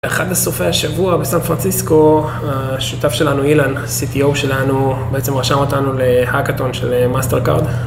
אחד הסופי השבוע בסן פרנציסקו, השותף שלנו אילן, CTO שלנו, בעצם רשם אותנו להאקתון של MasterCard.